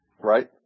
Right